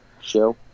show